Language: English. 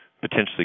potentially